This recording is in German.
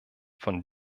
von